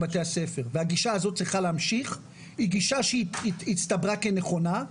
בבתי הספר והגישה הזאת צריכה להמשיך כי היא גישה שהסתברה כנכונה.